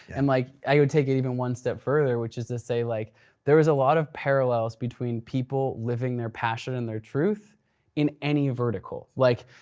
and like i would take it even one step further which is to say like there is a lot of parallels between people living their passion and their truth in any vertical. like,